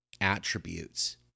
attributes